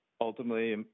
ultimately